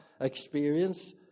experience